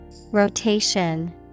Rotation